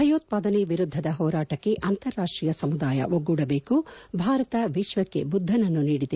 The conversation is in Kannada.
ಭೆಯೋತ್ಸಾದನೆ ವಿರುದ್ದದ ಹೋರಾಟಕ್ಸೆ ಅಂತಾರಾಷ್ಟೀಯ ಸಮುದಾಯ ಒಗ್ಗೂಡಬೇಕು ಭಾರತ ವಿಶ್ವಕ್ಕೆ ಬುದ್ದನನ್ನು ನೀಡಿದೆ